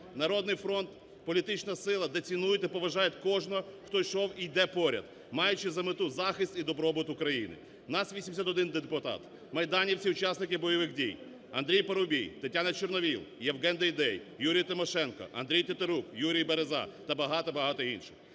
"Народний фронт" – політична сила, де цінують, де поважають кожного, хто йшов і йде поряд, маючи за мету захист і добробут України. У нас 81 депутат, майданівці, учасники бойових дій, Андрій Парубій, Тетяна Чорновіл, Євген Дейдей, Юрій Тимошенко, Андрій Тетерук, Юрій Береза та багато-багато інших,